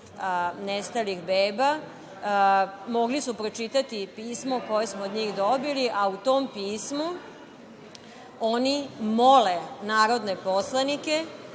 nestalih beba, mogli su da pročitaju pismo koje smo od njih dobili, a u tom pismu oni mole narodne poslanike